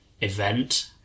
event